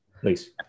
Please